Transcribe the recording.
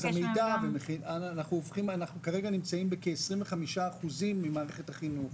המידע, כרגע אנחנו נמצאים ב-25% ממערכת החינוך.